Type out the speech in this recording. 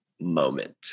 moment